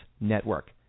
Network